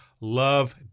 love